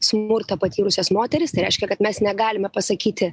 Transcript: smurtą patyrusias moteris tai reiškia kad mes negalime pasakyti